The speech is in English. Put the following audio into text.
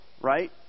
right